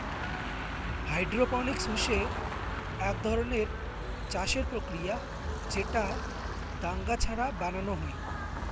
hydroponics হসে আক ধরণের চাষের প্রক্রিয়া যেটা দাঙ্গা ছাড়া বানানো হই